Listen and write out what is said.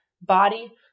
body